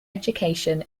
education